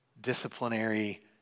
disciplinary